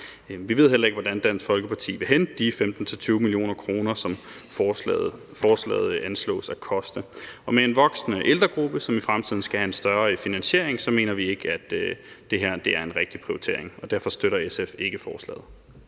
Vi ved heller ikke, hvordan Dansk Folkeparti vil hente de 15-20 mio. kr., som forslaget anslås at koste, og med en voksende ældregruppe, som i fremtiden skal have en større finansiering, mener vi ikke, at det her er en rigtig prioritering. Derfor støtter SF ikke forslaget.